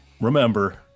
remember